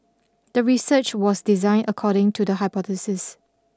the research was designed according to the hypothesis